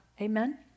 Amen